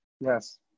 Yes